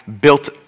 built